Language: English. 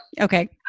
Okay